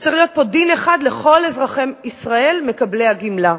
וצריך להיות פה דין אחד לכל אזרחי ישראל מקבלי הגמלה.